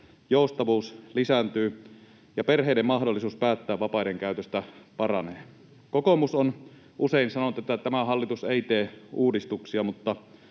joustavuus lisääntyy ja perheiden mahdollisuus päättää vapaiden käytöstä paranee. Kokoomus on usein sanonut, että tämä hallitus ei tee uudistuksia, mutta